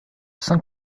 saint